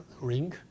ring